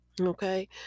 okay